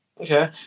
Okay